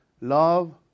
Love